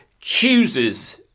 chooses